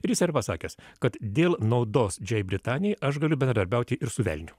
ir jis yra sakęs kad dėl naudos didžiajai britanijai aš galiu bendradarbiauti ir su velniu